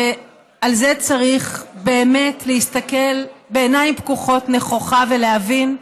ועל זה צריך באמת להסתכל בעיניים פקוחות נכוחה ולהבין,